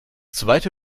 zweite